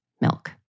milk